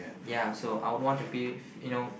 ya so I would want to be you know